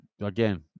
Again